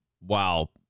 wow